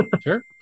Sure